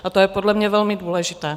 A to je podle mě velmi důležité.